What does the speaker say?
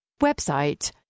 Website